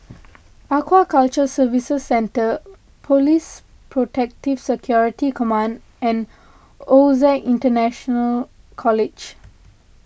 Aquaculture Services Centre Police Protective Security Command and Osac International College